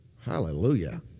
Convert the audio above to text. Hallelujah